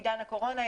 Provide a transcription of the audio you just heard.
בעידן הקורונה,